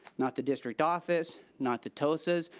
not the district office, not the tosas,